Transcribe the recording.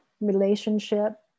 relationship